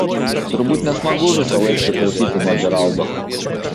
turbūt nesmagu visąlaik priklausyti nuo džeraldo